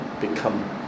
become